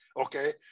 Okay